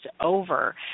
over